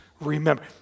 remember